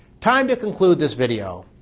time to conclude this video.